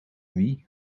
wie